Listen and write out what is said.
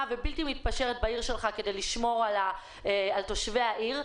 ובלתי מתפשרת כדי לשמור על תושבי העיר,